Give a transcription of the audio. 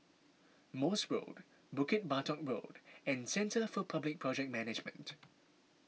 Morse Road Bukit Batok Road and Centre for Public Project Management